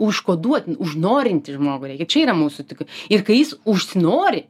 užkoduot užnorinti žmogų reikia čia yra mūsų tik ir kai jis užsinori